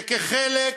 שכחלק